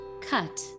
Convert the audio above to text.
cut